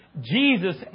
Jesus